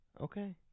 Okay